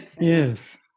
Yes